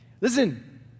listen